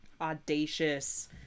audacious